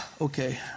Okay